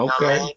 Okay